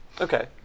Okay